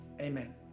Amen